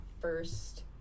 first